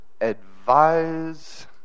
advise